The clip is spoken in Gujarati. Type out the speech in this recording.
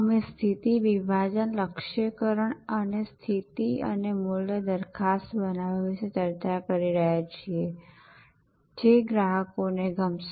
અમે સ્થિતિ વિભાજન લક્ષ્યીકરણ અને સ્થિતિ અને મૂલ્ય દરખાસ્ત બનાવવા વિશે ચર્ચા કરી રહ્યા છીએ જે ગ્રાહકોને ગમશે